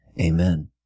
Amen